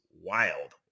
wild